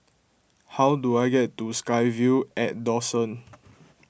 how do I get to SkyVille at Dawson